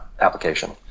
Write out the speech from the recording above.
application